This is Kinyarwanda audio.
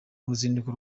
ruzinduko